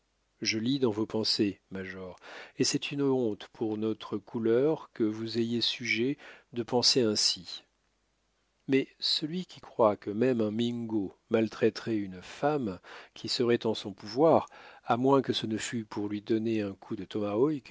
je lis dans vos pensées major et c'est une honte pour notre couleur que vous ayez sujet de penser ainsi mais celui qui croit que même un mingo maltraiterait une femme qui serait en son pouvoir à moins que ce ne fût pour lui donner un coup de